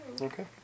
Okay